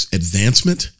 advancement